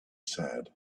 said